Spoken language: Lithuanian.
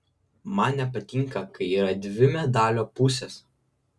man nepatinka kai yra dvi medalio pusės